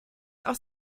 aus